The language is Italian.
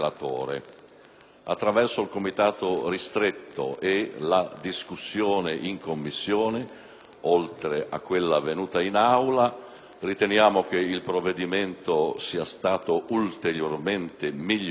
Attraverso il Comitato ristretto e la discussione svolta in Commissione, oltre che in Aula, riteniamo che il provvedimento sia stato ulteriormente migliorato e